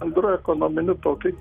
bendru ekonominiu tokiu